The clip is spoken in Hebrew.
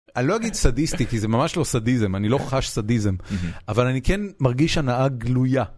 אני לא אגיד סדיסטי כי זה ממש לא סדיזם, אני לא חש סדיזם, אבל אני כן מרגיש הנאה גלויה.